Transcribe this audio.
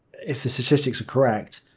if the statistics are correct,